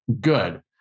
good